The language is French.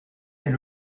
est